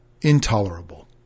intolerable